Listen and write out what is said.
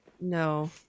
No